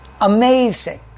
Amazing